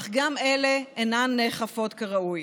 אך גם אלה אינן נאכפות כראוי.